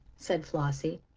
said flossie.